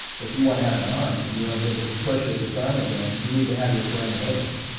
if you want to have an arm and you want to be able to push with this arm again you need to have your foramen opened.